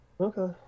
okay